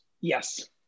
Yes